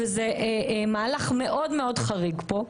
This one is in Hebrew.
וזה מהלך מאוד מאוד חריג פה,